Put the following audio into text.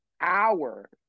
hour